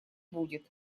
будет